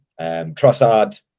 Trossard